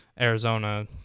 Arizona –